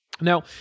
Now